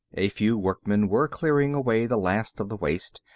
a few workmen were clearing away the last of the waste,